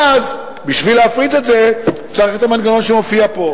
ובשביל להפריט את זה, צריך את המנגנון שמופיע פה.